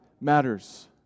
matters